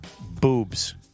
boobs